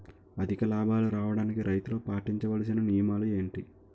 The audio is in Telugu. అధిక లాభాలు రావడానికి రైతులు పాటించవలిసిన నియమాలు ఏంటి